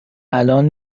الان